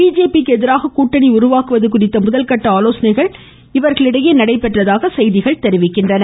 பிஜேபிக்கு எதிராக கூட்டணி உருவாக்குவது குறித்த முதல்கட்ட ஆலோசனைகள் இவர்களிடையே நடைபெற்றதாக செய்திகள் தெரிவிக்கின்றன